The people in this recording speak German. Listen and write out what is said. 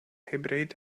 hybrid